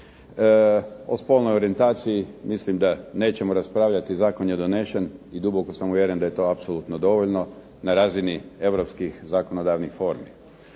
o spolnoj orijentaciji nećemo raspravljati, Zakon je donešen i duboko sam uvjeren da je apsolutno dovoljno na razini Europskih zakonodavnih formi.